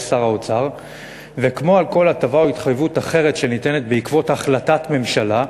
שר האוצר וכמו על כל הטבה או התחייבות אחרת שניתנת בעקבות החלטת ממשלה,